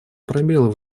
пробелы